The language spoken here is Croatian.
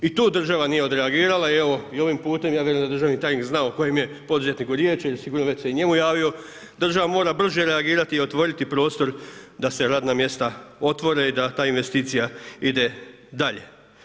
I tu država nije odreagirala i evo ovim putem, ja mislim da državni tajnik zna o kojem je poduzetniku riječ jer sigurno već se i njemu javio, država mora brže reagirati i otvoriti prostor da se radna mjesta otvore i da ta investicija ide dalje.